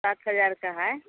सात हज़ार का है